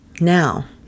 Now